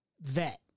vet